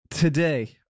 Today